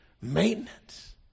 maintenance